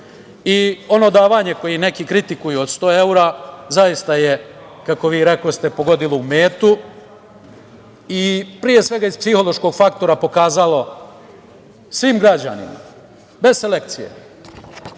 davanje koje neki kritikuju, od 100 evra, zaista je kako vi rekoste, pogodilo u metu pre svega iz psihološkog faktora je pokazalo svim građanima, bez selekcije,